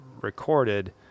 recorded